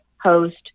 host